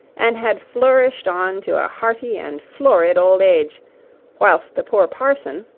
and had flourished on to a hearty and florid old age whilst the poor parson,